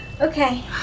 Okay